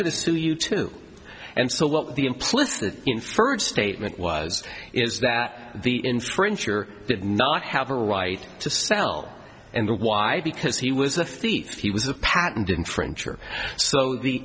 going to sue you too and so what the implicit inferred statement was is that the in french or did not have a right to sell and why because he was a thief he was a patent in french or so the